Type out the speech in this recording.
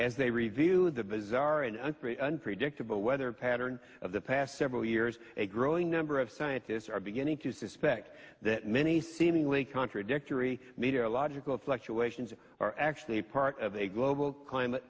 as they review the bizarre and unpredictable weather pattern of the past several years a growing number of scientists are beginning to suspect that many seemingly contradictory media logical fluctuations are actually part of a global climate